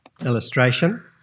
illustration